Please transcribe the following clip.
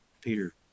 Peter